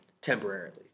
Temporarily